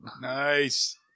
Nice